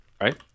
right